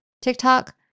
TikTok